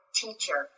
teacher